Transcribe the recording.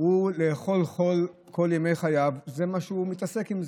לאכול חול כל ימי חייו, זה מה שהוא מתעסק איתו,